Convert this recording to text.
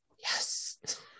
yes